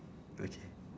okay